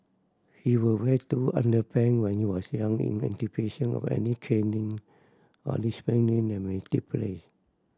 he would wear two underpant when he was young in anticipation of any caning or disciplining that may take place